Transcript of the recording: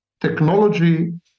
technology